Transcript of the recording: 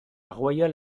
royal